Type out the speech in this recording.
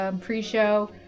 pre-show